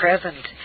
present